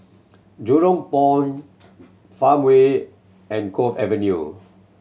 Jurong Point Farmway and Cove Avenue